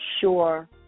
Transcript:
sure